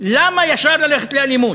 למה ישר ללכת לאלימות?